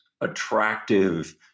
attractive